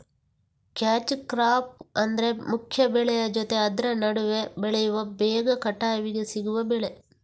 catch crop ಅಂದ್ರೆ ಮುಖ್ಯ ಬೆಳೆಯ ಜೊತೆ ಆದ್ರ ನಡುವೆ ಬೆಳೆಯುವ ಬೇಗ ಕಟಾವಿಗೆ ಸಿಗುವ ಬೆಳೆ